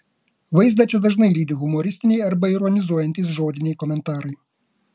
vaizdą čia dažnai lydi humoristiniai arba ironizuojantys žodiniai komentarai